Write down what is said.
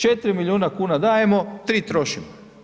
4 milijuna kuna dajemo, 3 trošimo.